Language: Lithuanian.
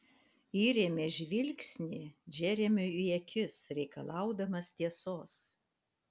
įrėmė žvilgsnį džeremiui į akis reikalaudamas tiesos